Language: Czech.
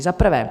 Za prvé.